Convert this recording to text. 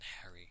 Harry